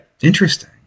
Interesting